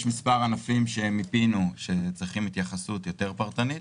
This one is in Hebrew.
מיפינו מספר ענפים שצריכים התייחסות יותר פרטנית.